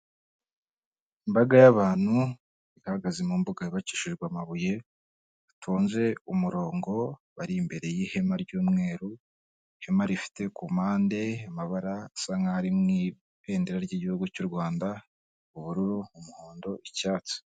Imbaga y'abantu ihagaze mu mbuga yubakishijwe amabuye batonze umurongo bari imbere y'ihema ry'umweru, ihema rifite ku mpande mabara asa nk'aho ari mu ibendera ry'igihugu cy'u Rwanda, ubururu, umuhondo, icyatsi.